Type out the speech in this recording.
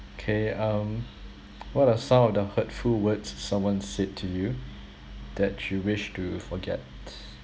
K um what are some of the hurtful words someone said to you that you wish to forget